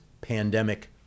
pandemic